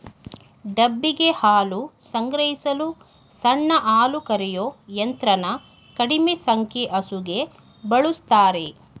ಡಬ್ಬಿಗೆ ಹಾಲು ಸಂಗ್ರಹಿಸಲು ಸಣ್ಣ ಹಾಲುಕರೆಯೋ ಯಂತ್ರನ ಕಡಿಮೆ ಸಂಖ್ಯೆ ಹಸುಗೆ ಬಳುಸ್ತಾರೆ